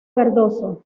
verdoso